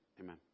Amen